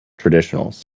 traditionals